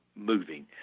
moving